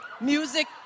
Music